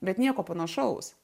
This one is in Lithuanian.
bet nieko panašaus